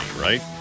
right